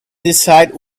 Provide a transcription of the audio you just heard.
decide